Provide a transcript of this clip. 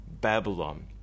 Babylon